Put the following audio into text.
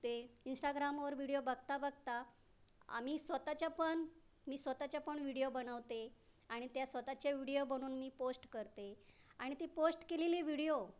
ते इंस्टाग्रामवर व्हिडीओ बघता बघता आम्ही स्वतःच्या पण मी स्वतःच्या पण व्हिडीओ बनवते आणि त्या स्वतःचे व्हिडीओ बनवून मी पोश्ट करते आणि ती पोश्ट केलेली विडिओ